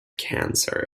cancer